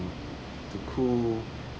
to cool